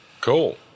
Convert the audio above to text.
Cool